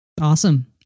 Awesome